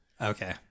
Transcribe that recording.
Okay